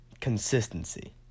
Consistency